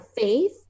faith